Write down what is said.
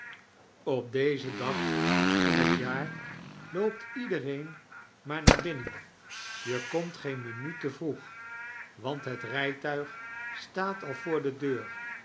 op dezen dag van het jaar loopt iedereen maar naar binuen je komt geen mimwit te vroeg want het rijtuig staat al voor de deux